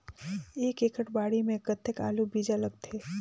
एक एकड़ बाड़ी मे कतेक आलू बीजा लगथे?